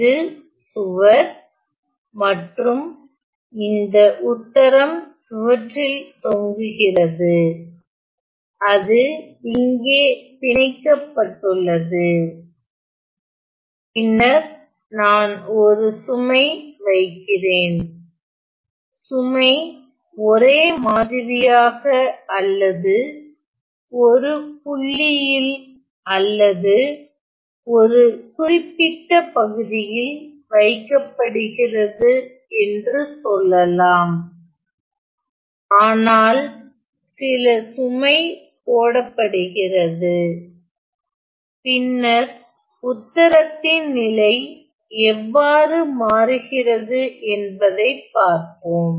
இது சுவர் மற்றும் இந்த உத்தரம் சுவற்றில் தொங்குகிறது அது இங்கே பிணைக்கப்பட்டுள்ளது பின்னர் நான் ஒரு சுமை வைக்கிறேன் சுமை ஒரே மாதிரியாக அல்லது ஒரு புள்ளியில் அல்லது ஒரு குறிப்பிட்ட பகுதியில் வைக்கப்படுகிறது என்று சொல்லலாம் ஆனால் சில சுமை போடப்படுகிறது பின்னர் உத்தரத்தின் நிலை எவ்வாறு மாறுகிறது என்பதைப் பார்ப்போம்